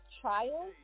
trial